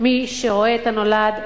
מי שרואה את הנולד,